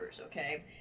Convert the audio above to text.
okay